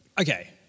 okay